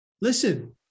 Listen